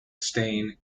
stain